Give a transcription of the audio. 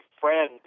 friend